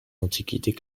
antiquités